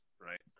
right